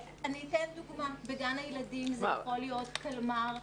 אני אתן דוגמה, בגן הילדים זה יכול להיות קלמר.